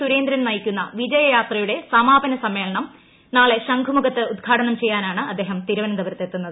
സുരേന്ദ്രൻ നയിക്കുന്ന വിജയ യാത്രയുടെ സമാപന സമ്മേളനം നാളെ ശംഖുമുഖത്ത് ഉദ്ഘാടനം ചെയ്യാനാണ് അദ്ദേഹം തിരുവനന്തപുരത്ത് എത്തുന്നത്